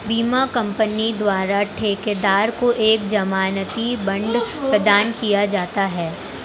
बीमा कंपनी द्वारा ठेकेदार को एक जमानती बांड प्रदान किया जाता है